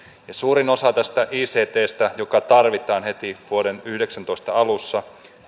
suurin osa tästä ictstä joka tarvitaan heti vuoden kaksituhattayhdeksäntoista alussa